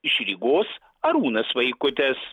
iš rygos arūnas vaikutis